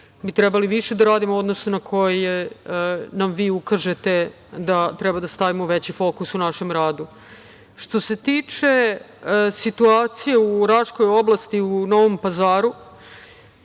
bi trebali više da radimo, odnosno na koje nam vi ukažete da treba da stavimo veći fokus u našem radu. Što se tiče situacije u Raškoj oblasti, u Novom Pazaru,